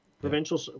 provincial